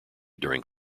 during